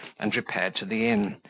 and repaired to the inn,